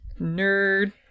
Nerd